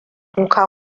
kuka